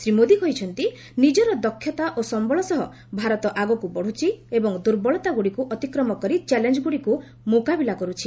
ଶ୍ରୀ ମୋଦି କହିଛନ୍ତି ନିଜର ଦକ୍ଷତା ଓ ସମ୍ଭଳ ସହ ଭାରତ ଆଗକୁ ବଢୁଛି ଏବଂ ଦୁର୍ବଳତାଗୁଡ଼ିକୁ ଅତିକ୍ରମ କରି ଚ୍ୟାଲେଞ୍ଗୁଡ଼ିକୁ ମୁକାବିଲା କରୁଛି